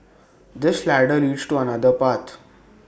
this ladder leads to another path